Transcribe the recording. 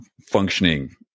functioning